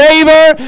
favor